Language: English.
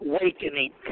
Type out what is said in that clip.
awakening